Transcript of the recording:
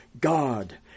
God